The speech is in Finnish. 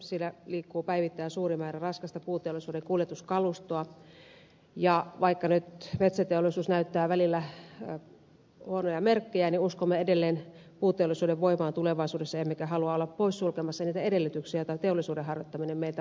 siellä liikkuu päivittäin suuri määrä raskasta puuteollisuuden kuljetuskalustoa ja vaikka nyt metsäteollisuus näyttää välillä huonoja merkkejä niin uskomme edelleen puuteollisuuden voimaan tulevaisuudessa emmekä halua olla poissulkemassa niitä edellytyksiä joita teollisuuden harjoittaminen meiltä vaatii